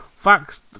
facts